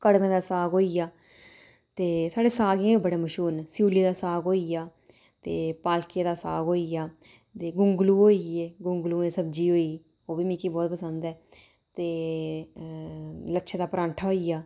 कड़मे दा साग होई गेआ ते साढ़े साग इ'यां बड्डे मश्हूर न सियूली दा साग होई गेआ ते पालके दा साग होई गेआ ते गोंगलू होई गे गोंगलूएं दी सब्जी होई ओह् बी मिकी बहुत पसंद ऐ ते लच्छे दा परांठा होई गेआ